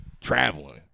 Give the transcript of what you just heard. traveling